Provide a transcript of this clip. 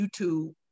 youtube